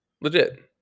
legit